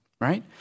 Right